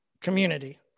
community